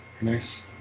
nice